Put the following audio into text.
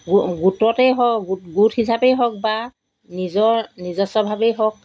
গো গোটতেই হওক গোট গোট হিচাপেই হওক বা নিজৰ নিজস্বভাৱেই হওক